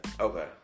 Okay